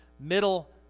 Middle